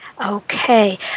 Okay